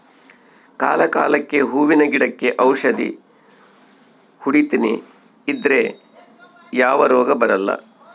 ಕಾಲ ಕಾಲಕ್ಕೆಹೂವಿನ ಗಿಡಕ್ಕೆ ಔಷಧಿ ಹೊಡಿತನೆ ಇದ್ರೆ ಯಾವ ರೋಗ ಬರಲ್ಲ